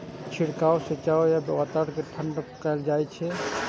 छिड़काव सिंचाइ सं वातावरण कें ठंढा कैल जाइ छै